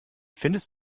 findest